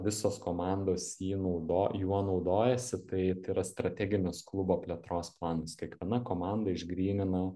visos komandos jį naudo juo naudojasi tai tai yra strateginis klubo plėtros planas kiekviena komanda išgrynina